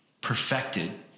perfected